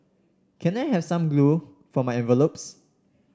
can I have some glue for my envelopes